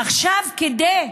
עכשיו, כאילו